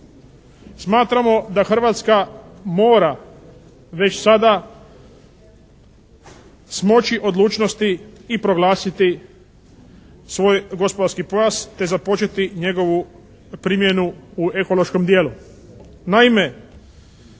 smatramo da Hrvatska mora već sada smoči odlučnosti i proglasiti svoj gospodarski pojas te započeti njegovu primjenu u ekološkom dijelu.